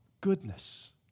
Goodness